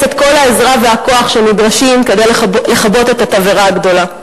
את כל העזרה והכוח שנדרשים כדי לכבות את התבערה הגדולה.